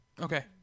Okay